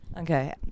Okay